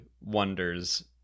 wonders